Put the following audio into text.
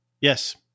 yes